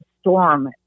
storm